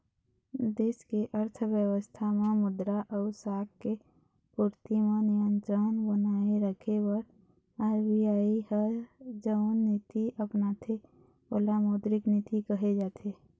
देस के अर्थबेवस्था म मुद्रा अउ साख के पूरति म नियंत्रन बनाए रखे बर आर.बी.आई ह जउन नीति अपनाथे ओला मौद्रिक नीति कहे जाथे